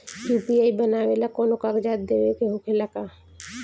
UPI बनावेला कौनो कागजात देवे के होखेला का?